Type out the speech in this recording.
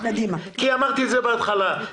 "עובד הזכאי לדמי בידוד בשל אותה תקופת בידוד,